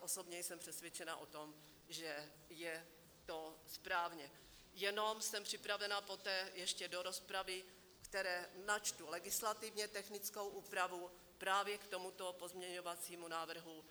Osobně jsem přesvědčena o tom, že je to správně, jenom jsem připravena poté ještě do rozpravy, ve které načtu legislativně technickou úpravu právě k tomuto pozměňovacímu návrhu